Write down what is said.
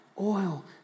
oil